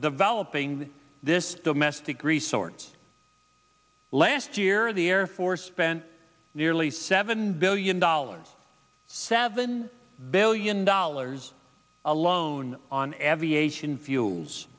developing this domestic resource last year the air force spent nearly seven billion dollars seven billion dollars alone on